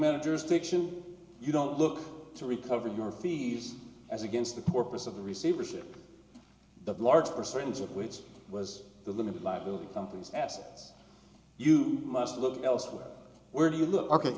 managers diction you don't look to recover your fees as against the corpus of receivership the large percentage of which was the limited liability companies asked you must look elsewhere where do you look